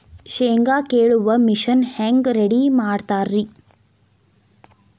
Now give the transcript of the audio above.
ಶೇಂಗಾ ಕೇಳುವ ಮಿಷನ್ ಹೆಂಗ್ ರೆಡಿ ಮಾಡತಾರ ರಿ?